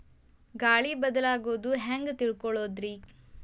ಗಾಳಿ ಬದಲಾಗೊದು ಹ್ಯಾಂಗ್ ತಿಳ್ಕೋಳೊದ್ರೇ?